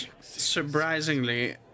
surprisingly